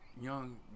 young